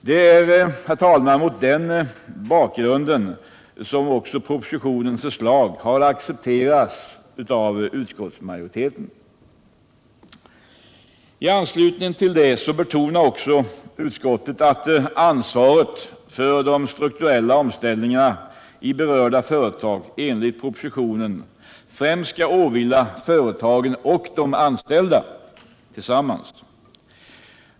Det är, herr talman, mot den bakgrunden som propositionens förslag accepterats av utskottsmajoriteten. I anslutning härtill betonar utskottet att ansvaret för de strukturella omställningarna i berörda företag enligt propositionen främst skall åvila företagen och de anställda tillsammans.